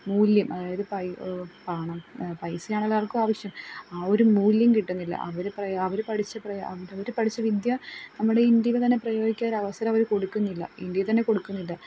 മൂല്യം അതായത് പൈ പണം പൈസയാണ് എല്ലാവർക്കും ആവശ്യം ആ ഒരു മൂല്യം കിട്ടുന്നില്ല അവർ ഇപ്പം അവർ പഠിച്ച ഇപ്പം അവരവർ പഠിച്ച വിദ്യ നമ്മുടെ ഇന്ത്യയിൽ തന്നെ പ്രയോഗിക്കാൻ ഒരു അവസരം അവർ കൊടുക്കുന്നില്ല ഇന്ത്യയിൽ തന്നെ കൊടുക്കുന്നില്ല